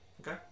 Okay